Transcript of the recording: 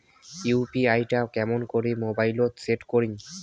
UPI টা কেমন করি মোবাইলত সেট করিম?